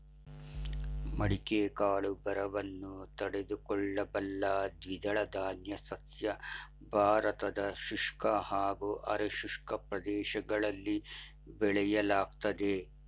ಮಡಿಕೆ ಕಾಳು ಬರವನ್ನು ತಡೆದುಕೊಳ್ಳಬಲ್ಲ ದ್ವಿದಳಧಾನ್ಯ ಸಸ್ಯ ಭಾರತದ ಶುಷ್ಕ ಹಾಗೂ ಅರೆ ಶುಷ್ಕ ಪ್ರದೇಶಗಳಲ್ಲಿ ಬೆಳೆಯಲಾಗ್ತದೆ